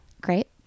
Great